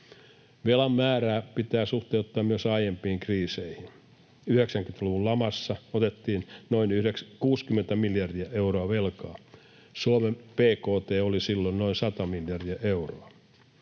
Velan määrää pitää suhteuttaa myös aiempiin kriiseihin. 90-luvun lamassa otettiin noin 60 miljardia euroa velkaa. Suomen bkt oli silloin noin 100 miljardia euroa.